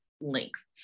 length